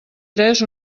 tres